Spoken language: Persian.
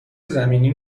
زمینی